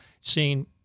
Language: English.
seeing